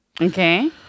Okay